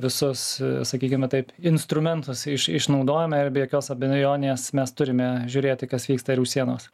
visus sakykime taip instrumentus iš išnaudojame ir be jokios abejonės mes turime žiūrėti kas vyksta ir už sienos